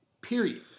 Period